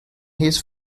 his